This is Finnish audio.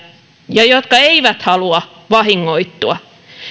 ja jotka eivät halua vahingoittua